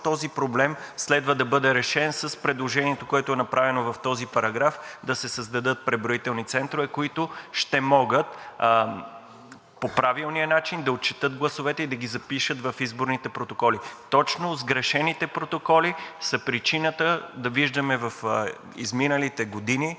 този проблем следва да бъде решен с предложението, което е направено в този параграф – да се създадат преброителни центрове, които ще могат по правилния начин да отчетат гласовете и да ги запишат в изборните протоколи. Точно сгрешените протоколи са причината да виждаме в изминалите години